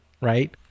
right